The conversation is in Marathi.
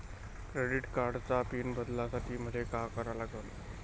क्रेडिट कार्डाचा पिन बदलासाठी मले का करा लागन?